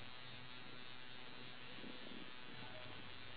then at nine then I have to go up